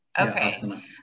okay